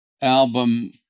album